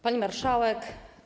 Pani Marszałek!